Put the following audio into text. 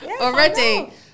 Already